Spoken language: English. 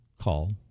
call